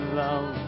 love